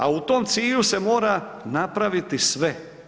A u tom cilju se mora napraviti sve.